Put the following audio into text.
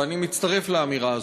ואני מצטרף לאמירה הזאת: